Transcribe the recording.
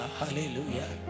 hallelujah